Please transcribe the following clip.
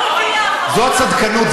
יום רביעי האחרון, זאת צדקנות.